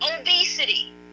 Obesity